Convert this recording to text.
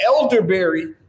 elderberry